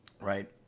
right